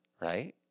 right